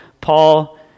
Paul